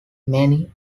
many